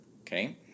okay